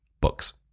books